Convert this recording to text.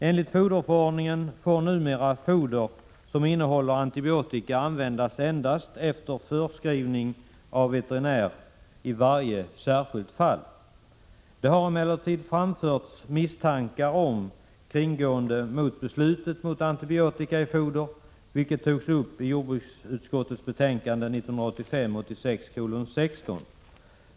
Enligt foderförordningen får numera foder innehållande antibiotika användas endast efter förskrivning av veterinär i varje särskilt fall. Det har emellertid framförts misstankar om att man kringgår förbudet mot användande av antibiotika i foder. Detta togs upp i jordbruksutskottets betänkande 1985/86:16.